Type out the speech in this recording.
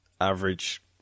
average